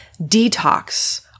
detox